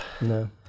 no